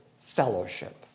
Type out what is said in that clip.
fellowship